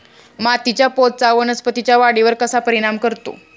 मातीच्या पोतचा वनस्पतींच्या वाढीवर कसा परिणाम करतो?